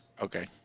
okay